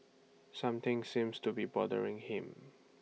something seems to be bothering him